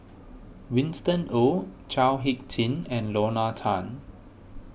Winston Oh Chao Hick Tin and Lorna Tan